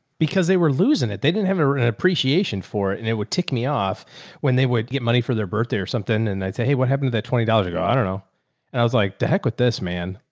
because they were losing it. they didn't have an appreciation for it. and it would tick me off when they would get money for their birthday or something. and i'd say, hey, what happened to that twenty dollars ago? i don't know. and i was like the heck with this man.